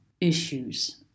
issues